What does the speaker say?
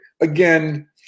again